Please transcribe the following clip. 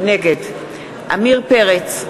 נגד עמיר פרץ,